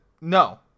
no